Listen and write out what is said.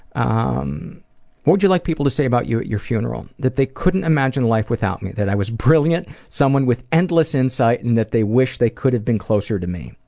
um what would you like people to say about you at your funeral? that they couldn't imagine life without me. that i was brilliant, someone with endless insight, and that they wish they could have been closer to me.